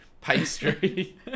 pastry